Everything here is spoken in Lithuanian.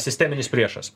sisteminis priešas